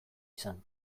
izan